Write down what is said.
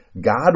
God